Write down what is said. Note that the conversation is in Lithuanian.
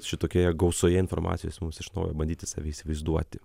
šitokioje gausoje informacijos mums iš naujo bandyti save įsivaizduoti